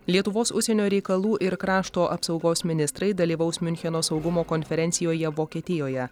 lietuvos užsienio reikalų ir krašto apsaugos ministrai dalyvaus miuncheno saugumo konferencijoje vokietijoje